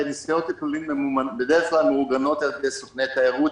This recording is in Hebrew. הרי נסיעות לפולין בדרך כלל מאורגנות על ידי סוכני התיירות,